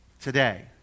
today